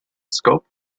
skopje